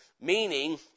meaning